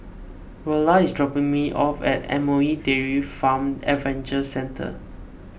Rolla is dropping me off at M O E Dairy Farm Adventure Centre